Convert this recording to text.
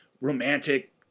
romantic